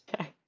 okay